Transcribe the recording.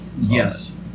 Yes